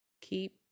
Keep